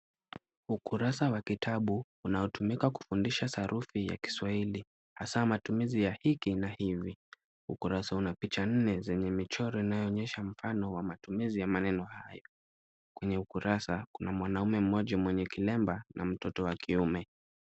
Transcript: Ukurasa wa kitabu unaotumika kufundisha sarufi ya kiswahil hasa matumizi ya hiki na hvi. Ukurasa una picha nne za mchoro inayoonyesha mfano wa matumizi ya maneno haya. Kwenye ukurasa kuna mwanaume mmoja mwenye kilemba na mtoto wa kiume.